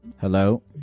Hello